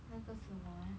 那个什么